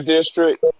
District